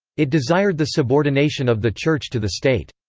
it desired the subordination of the church to the state.